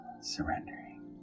surrendering